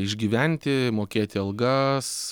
išgyventi mokėti algas